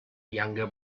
younger